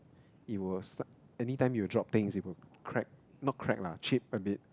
it will start anytime you drop things it will crack not crack lah chip a bit